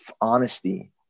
honesty